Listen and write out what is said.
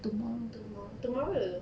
tomorrow tomorrow 有